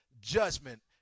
judgment